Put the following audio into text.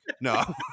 No